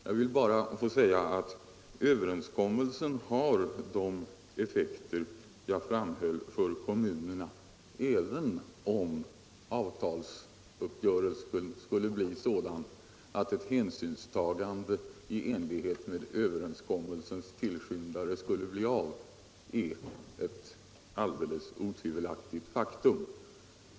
Jag vill bara få säga: Att överenskommelsen har de effekter för kommunerna som jag framhöll, även om avtalsuppgörelsen skulle bli sådan att ett hänsynstagande i enlighet med överenskommelsens tillskyndare skulle bli av, är ett alldeles otvivelaktigt faktum.